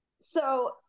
So-